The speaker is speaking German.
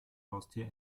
haustier